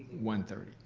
one thirty,